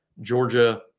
Georgia –